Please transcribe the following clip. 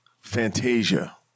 Fantasia